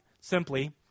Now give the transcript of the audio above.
simply